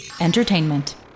Entertainment